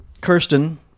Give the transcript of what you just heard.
Kirsten